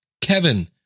Kevin